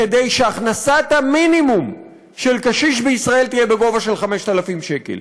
כדי שהכנסת המינימום של קשיש בישראל תהיה בגובה של 5,000 שקל.